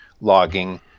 logging